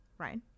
Right